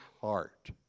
heart